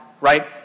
right